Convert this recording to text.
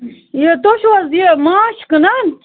یہِ تُہۍ چھُو حظ یہِ ماچھ کٕنان